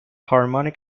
harmonic